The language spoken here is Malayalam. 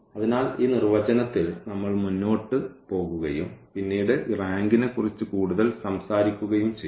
അതിനാൽ ഈ നിർവചനത്തിൽ നമ്മൾ മുന്നോട്ട് പോകുകയും പിന്നീട് ഈ റാങ്കിനെക്കുറിച്ച് കൂടുതൽ സംസാരിക്കുകയും ചെയ്യും